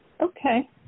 Okay